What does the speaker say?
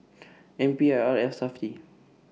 N P I R and Safti